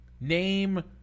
name